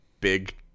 big